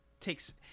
Takes